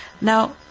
Now